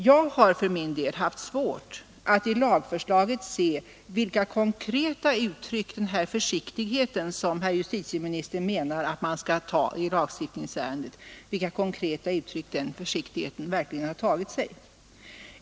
Jag har för min del haft svårt att i lagförslaget se vilka konkreta uttryck den här försiktigheten, som justitieministern menar att man skall visa i lagstiftningsfrågan, verkligen har tagit sig.